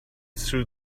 through